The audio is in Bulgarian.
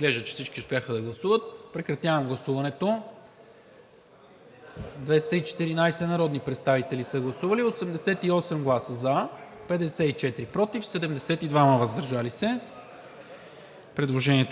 Предложението